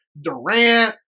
Durant